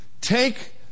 take